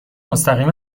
مستقیم